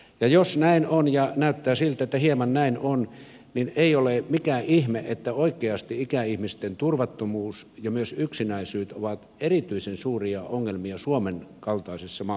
jos näin on ja näyttää siltä että hieman näin on niin ei ole mikään ihme että oikeasti ikäihmisten turvattomuus ja myös yksinäisyys ovat erityisen suuria ongelmia suomen kaltaisessa maassa